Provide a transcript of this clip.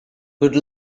good